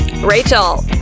Rachel